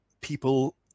people